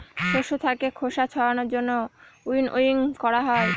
শস্য থাকে খোসা ছাড়ানোর জন্য উইনউইং করা হয়